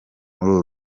muri